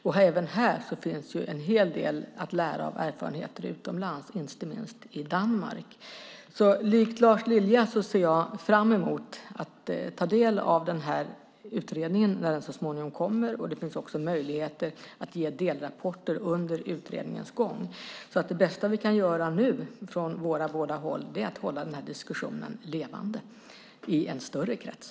Också här finns en hel del att lära av erfarenheter utomlands, inte minst från Danmark. Liksom Lars Lilja ser även jag fram emot att ta del av den utredning som så småningom kommer. Det finns också möjligheter att avlämna delrapporter under utredningens gång. Det bästa vi nu kan göra från våra båda håll är alltså att hålla den här diskussionen levande i en större krets.